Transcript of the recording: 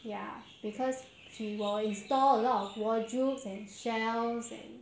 ya because she will install a lot of wardrobes and shelves and